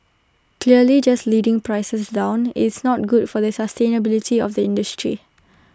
clearly just leading prices down it's not good for the sustainability of the industry